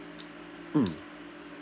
mm